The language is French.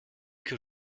que